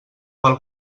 pel